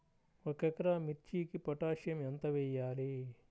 ఒక ఎకరా మిర్చీకి పొటాషియం ఎంత వెయ్యాలి?